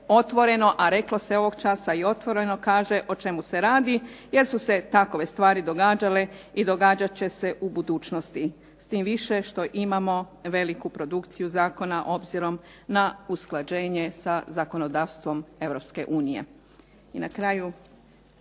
otvoreno a reklo se ovog časa i otvoreno kaže o čemu se radi jer su se takove stvari događale i događat će se u budućnosti tim više što imamo veliku produkciju zakona obzirom na usklađenje sa zakonodavstvom